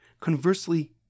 Conversely